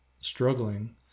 struggling